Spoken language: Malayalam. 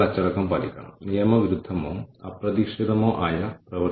തുടർന്ന് 360° ഫീഡ്ബാക്ക് ലഭിക്കുന്നതിലൂടെ നേതൃത്വത്തെ വിലയിരുത്താം